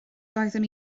doeddwn